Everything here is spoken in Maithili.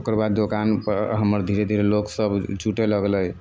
ओकर बाद दोकानपर हमर धीरे धीरे लोकसब जुटै लगलै